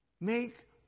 make